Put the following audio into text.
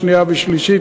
שנייה ושלישית.